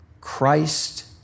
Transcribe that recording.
Christ